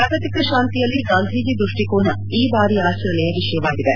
ಜಾಗತಿಕ ಶಾಂತಿಯಲ್ಲಿ ಗಾಂಧೀಜಿ ದ್ವಷ್ಟಿಕೋನ ಈ ಬಾರಿಯ ಆಚರಣೆಯ ವಿಷಯವಾಗಿದೆ